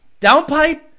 Downpipe